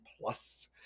plus